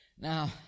Now